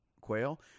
quail